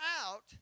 out